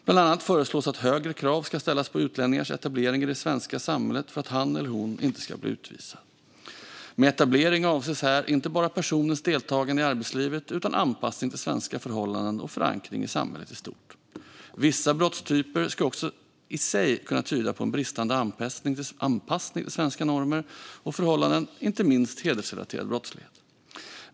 Bland annat föreslås att högre krav ska ställas på utlänningens etablering i det svenska samhället för att han eller hon inte ska bli utvisad. Med etablering avses här inte bara personens deltagande i arbetslivet, utan anpassning till svenska förhållanden och förankring i samhället i stort. Vissa brottstyper ska också i sig kunna tyda på en bristande anpassning till svenska normer och förhållanden, inte minst hedersrelaterad brottslighet.